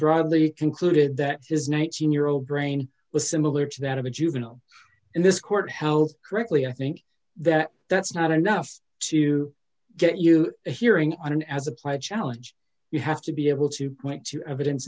broadly concluded that his nineteen year old brain was similar to that of a juvenile in this court how correctly i think that that's not enough to get you a hearing and as applied challenge you have to be able to